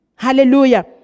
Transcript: Hallelujah